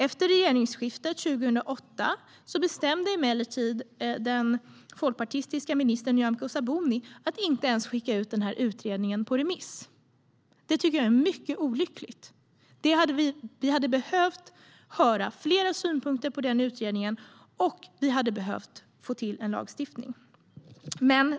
Efter regeringsskiftet bestämde emellertid den folkpartistiska ministern Nyamko Sabuni 2008 att inte ens skicka ut utredningen på remiss. Det var mycket olyckligt, tycker jag. Vi hade behövt höra flera synpunkter på utredningen, och vi hade behövt få till en lagstiftning.